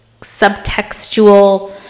subtextual